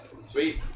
sweet